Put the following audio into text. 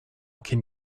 can